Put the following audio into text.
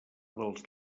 dels